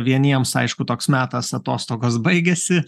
vieniems aišku toks metas atostogos baigiasi